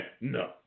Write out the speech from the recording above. No